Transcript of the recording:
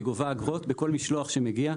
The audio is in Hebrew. היא גובה אגרות בכל משלוח שמגיע.